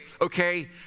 okay